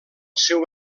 seu